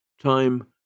Time